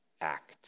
act